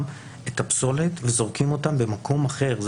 את הפסולת וזורקים אותה במקום אחר.